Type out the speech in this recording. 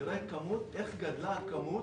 תראה ה איך גדלה הכמות.